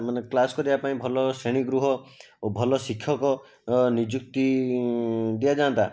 ମାନେ କ୍ଳାସ କରିବା ପାଇଁ ଭଲ ଶ୍ରେଣୀ ଗୃହ ଓ ଭଲ ଶିକ୍ଷକ ନିଯୁକ୍ତି ଦିଆଯାନ୍ତା